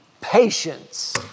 patience